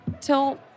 till